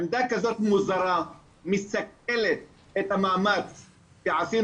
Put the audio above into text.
עמדה כזאת מוזרה שמסכלת את המאמץ שעשינו